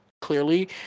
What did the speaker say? clearly